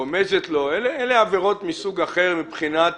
רומזת לו, אלה עבירות מסוג אחר מבחינת